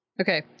Okay